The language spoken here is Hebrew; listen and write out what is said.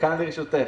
כאן לרשותך.